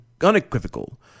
unequivocal